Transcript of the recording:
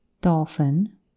dolphin